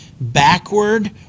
backward